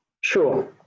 Sure